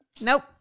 Nope